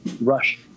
rush